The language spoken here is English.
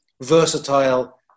versatile